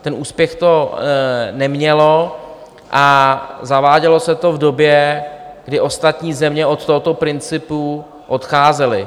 Ten úspěch to nemělo a zavádělo se to v době, kdy ostatní země od tohoto principu odcházely.